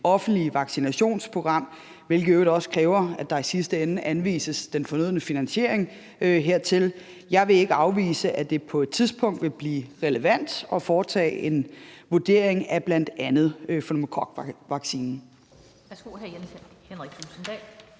offentlige vaccinationsprogram, hvilket i øvrigt også kræver, at der i sidste ende anvises den fornødne finansiering hertil. Jeg vil ikke afvise, at det på et tidspunkt vil blive relevant at foretage en vurdering af bl.a. pneumokokvaccinen.